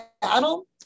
battle